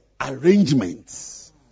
arrangements